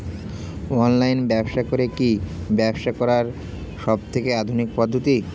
Online ব্যবসা করে কি ব্যবসা করার সবথেকে আধুনিক পদ্ধতি?